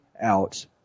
out